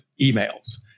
emails